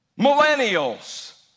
millennials